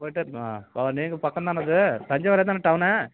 போயிகிட்டே இருக்கலாம் ஆ நீங்கள் பக்கம்தான இது தஞ்சாவூரேதானே டவுன்னு